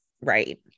Right